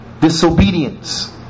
disobedience